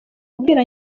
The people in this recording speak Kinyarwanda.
kubwira